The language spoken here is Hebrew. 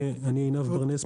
אני עינב ברנס,